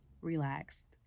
relaxed